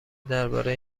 درباره